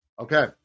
Okay